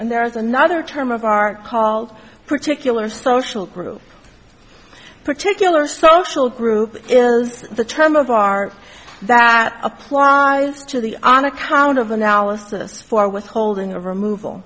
and there is another term of art called particular social group particular social group is the term of art that applies to the on account of analysis for withholding of removal